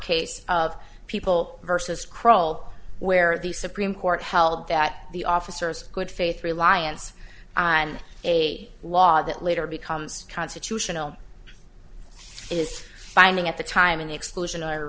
case of people versus croll where the supreme court held that the officers good faith reliance and a law that later becomes constitutional is finding at the time in the exclusion